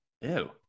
Ew